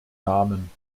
namen